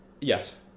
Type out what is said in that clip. Yes